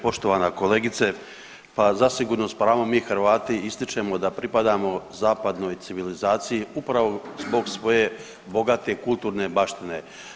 Poštovana kolegice, pa zasigurno s pravom mi Hrvati ističemo da pripadamo zapadnoj civilizaciji upravo zbog svoje bogate kulturne baštine.